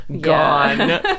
gone